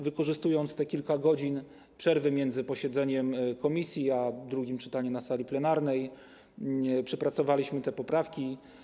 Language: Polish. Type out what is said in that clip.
Wykorzystując kilka godzin przerwy między posiedzeniem komisji a drugim czytaniem na sali plenarnej, przepracowaliśmy te poprawki.